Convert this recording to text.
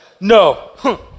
No